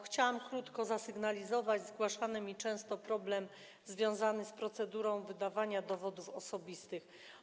Chciałam krótko zasygnalizować zgłaszany mi często problem związany z procedurą wydawania dowodów osobistych.